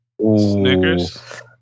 Snickers